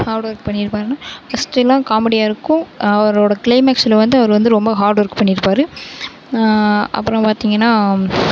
hot work பண்ணியிருப்பாருனா first எல்லாம் காமெடியாக இருக்கும் அவரோடய க்ளைமக்ஸில் வந்து அவர் வந்து ரொம்ப ஹாட் ஒர்க் பண்ணியிருப்பாரு அப்புறோம் பார்த்திங்கனா